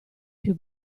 più